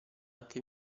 anche